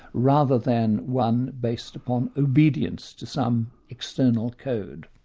rather than one based upon obedience to some external code.